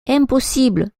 impossible